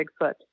Bigfoot